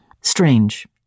Strange